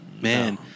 Man